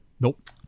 Nope